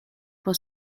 was